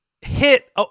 hit